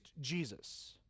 Jesus